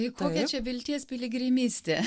tai kokia čia vilties piligrimystė